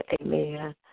amen